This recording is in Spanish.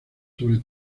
sobre